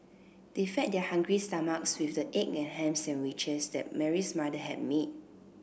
they fed their hungry stomachs with the egg and ham sandwiches that Mary's mother had made